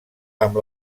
amb